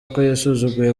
yasuzuguye